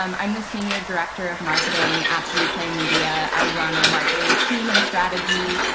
um i'm the senior director of marketing at three play media. i run our marketing team and strategy.